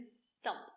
Stump